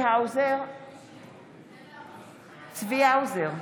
בהצבעה צבי האוזר,